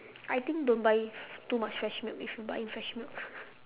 I think don't buy too much fresh milk if you buying fresh milk